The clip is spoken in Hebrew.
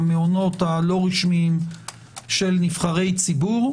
המעונות הלא רשמיים של נבחרי ציבור,